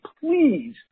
please